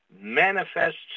manifests